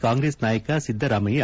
ಕಾಂಗ್ರೆಸ್ ನಾಯಕ ಸಿದ್ದರಾಮಯ್ಯ